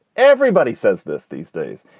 everybody says this these days.